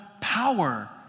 power